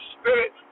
Spirit